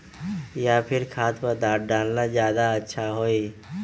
या फिर खाद्य पदार्थ डालना ज्यादा अच्छा होई?